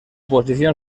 posición